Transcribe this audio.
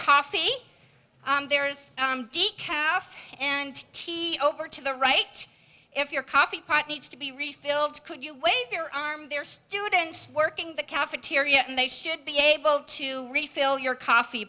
coffee there is decaf and tea over to the right if your coffee pot needs to be refilled could you wave your arm there students working the cafeteria and they should be able to refill your coffee